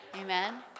Amen